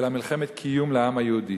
אלא מלחמת קיום לעם יהודי.